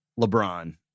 LeBron